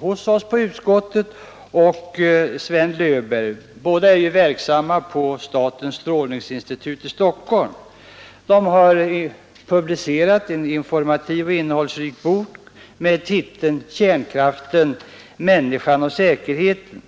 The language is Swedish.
hos oss i utskottet — och byrådirektör Sven Löfveberg, båda verksamma vid statens strålskyddsinstitut i Stockholm, publicerat en informativ och innehållsrik bok med titeln Kärnkraften, människan och säkerheten.